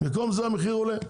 במקום זה המחיר עולה.